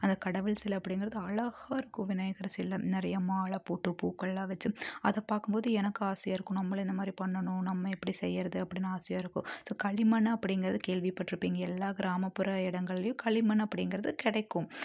அது கடவுள் சிலை அப்படிங்கறது அழகாக இருக்கும் விநாயகர் சிலை நிறையா மாலை போட்டு பூக்கள்லாம் வச்சு அதை பார்க்கும் போது எனக்கு ஆசையாக இருக்கும் நம்மளும் இந்த மாதிரி பண்ணணும் நம்ம எப்படி செய்கிறது அப்படின்னு ஆசையாக இருக்கும் ஸோ களிமண்ணு அப்படிங்கறது கேள்விபட்டுருப்பிங்க எல்லா கிராமப்புற இடங்கள்லியும் களிமண் அப்படிங்கறது கிடைக்கும்